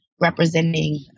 representing